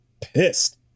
pissed